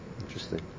Interesting